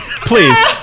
Please